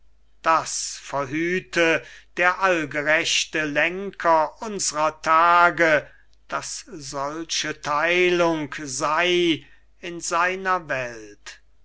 das verhüte der allgerechte lenker unsrer tage daß solche theilung sei in seiner welt die